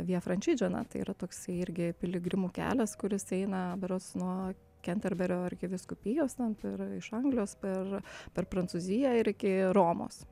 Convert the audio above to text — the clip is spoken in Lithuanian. via frančidžo na tai yra toks irgi piligrimų kelias kuris eina berods nuo kenterberio arkivyskupijos ir iš anglijos ir per prancūziją ir iki romos